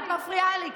את מפריעה לי.